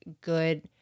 good